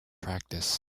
practice